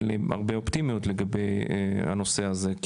אין לי הרבה אופטימיות לגבי הנושא הזה,